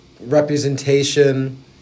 representation